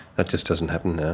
that just doesn't happen now.